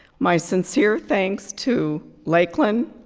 my sincere thanks to lakeland,